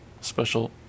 special